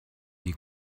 die